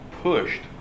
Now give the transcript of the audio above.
Pushed